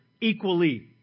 equally